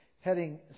heading